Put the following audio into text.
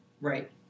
Right